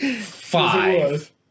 Five